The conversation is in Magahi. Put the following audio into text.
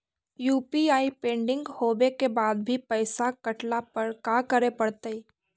यु.पी.आई पेंडिंग होवे के बाद भी पैसा कटला पर का करे पड़तई?